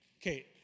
Okay